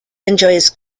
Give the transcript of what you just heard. enjoys